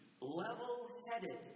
level-headed